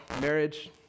marriage